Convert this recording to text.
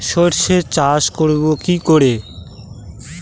সর্ষে চাষ করব কি করে?